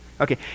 Okay